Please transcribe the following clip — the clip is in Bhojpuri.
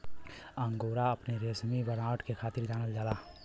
अंगोरा अपने रेसमी बनावट के खातिर जानल जाला